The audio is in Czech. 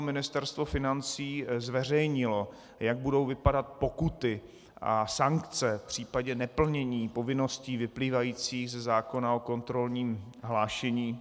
Ministerstvo financí zveřejnilo, jak budou vypadat pokuty a sankce v případě neplnění povinností vyplývajících ze zákona o kontrolním hlášení.